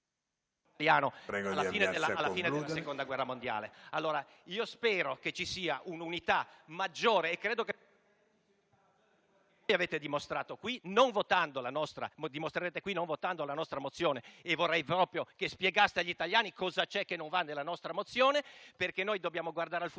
prego di avviarsi a concludere,